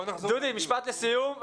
דודי, משפט לסיום.